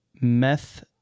meth